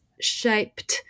shaped